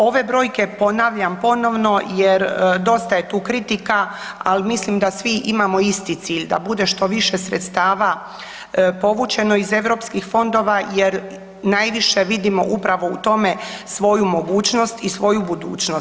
Ove brojke ponavljam ponovno jer dosta je tu kritika, ali mislim da svi imamo isti cilj, da bude što više sredstava povučeno iz europskih fondova jer najviše vidimo upravo u tome svoju mogućnost i svoju budućnost.